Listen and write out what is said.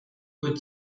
could